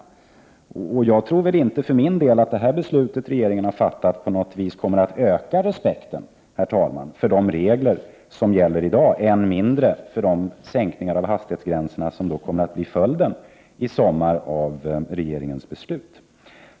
Jag tror väl inte för min del att det här beslutet som regeringen har fattat på något vis kommer att öka respekten, herr talman, för de regler som gäller i dag, än mindre för de sänkningar av hastighetsgränserna som kommer att bli följden i sommar av regeringens beslut.